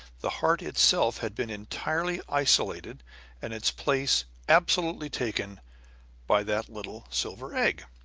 the heart itself had been entirely isolated and its place absolutely taken by that little silver egg.